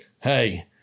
hey